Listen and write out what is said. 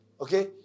okay